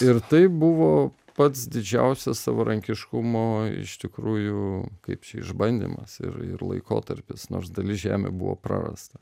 ir tai buvo pats didžiausias savarankiškumo iš tikrųjų kaip čia išbandymas ir ir laikotarpis nors dalis žemių buvo prarasta